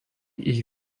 ich